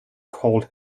called